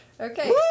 Okay